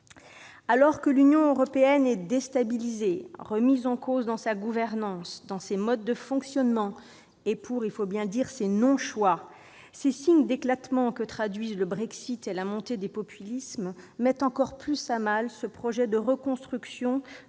Alors que l'Union européenne est déstabilisée et remise en cause dans sa gouvernance comme dans ses modes de fonctionnement, en raison de ce qu'il faut bien appeler ses non-choix, les signes d'éclatement que traduisent le Brexit et la montée des populismes fragilisent encore le projet de reconstruction